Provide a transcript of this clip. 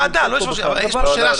ההצבעה הייתה צריכה להיות אתמול,